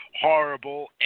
horrible